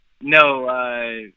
no